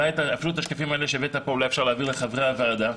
אפילו את השקפים שהבאת לכאן אולי אפשר להעביר לחברי הוועדה.